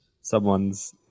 someone's